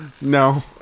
No